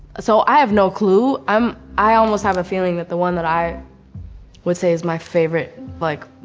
so i have no clue. um i almost have a feeling that the one that i would say is my favorite like,